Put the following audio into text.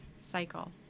cycle